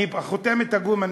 חותמת הגומי.